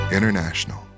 International